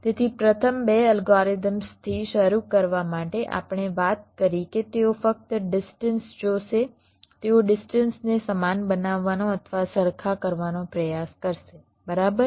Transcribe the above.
તેથી પ્રથમ 2 અલ્ગોરિધમ્સથી શરૂ કરવા માટે આપણે વાત કરી કે તેઓ ફક્ત ડિસ્ટન્સ જોશે તેઓ ડિસ્ટન્સને સમાન બનાવવાનો અથવા સરખા કરવાનો પ્રયાસ કરશે બરાબર